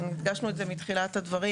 הדגשנו את זה מתחילת הדברים,